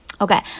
Okay